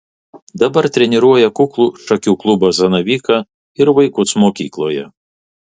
dabar treniruoja kuklų šakių klubą zanavyką ir vaikus mokykloje